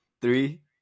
Three